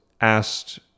asked